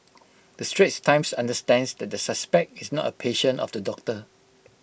the straits times understands that the suspect is not A patient of the doctor